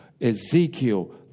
Ezekiel